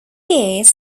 years